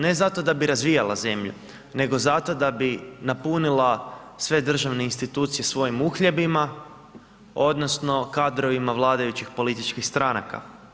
Ne zato da bi razvijala zemlju, nego zato da bi napunila sve državne institucije svojim uhljebima odnosno kadrovima vladajućih političkih stranaka.